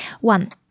One